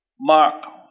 Mark